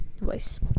voice